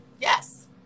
Yes